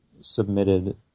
submitted